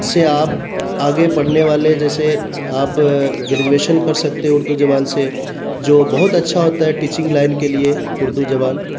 سے آپ آگے پڑھنے والے جیسے آپ گریجویشن کر سکتے اردو زبان سے جو بہت اچھا ہوتا ہے ٹیچنگ لائن کے لیے اردو زبان